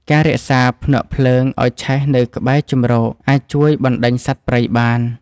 ការរក្សាភ្នួកភ្លើងឱ្យឆេះនៅក្បែរជម្រកអាចជួយបណ្ដេញសត្វព្រៃបាន។